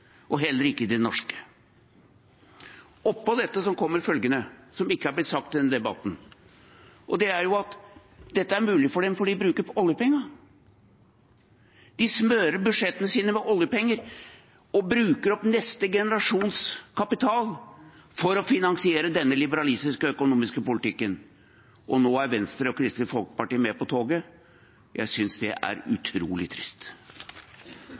modell, heller ikke i den norske. Oppå dette kommer følgende, som ikke har blitt sagt i denne debatten: Dette er mulig for dem fordi de bruker oljepengene. De smører budsjettene sine med oljepenger og bruker opp neste generasjons kapital for å finansiere denne liberalistiske økonomiske politikken. Nå er Venstre og Kristelig Folkeparti med på toget. Jeg synes det er utrolig trist.